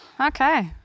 Okay